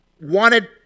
wanted